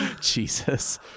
Jesus